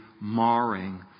marring